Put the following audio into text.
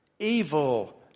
evil